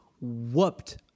whooped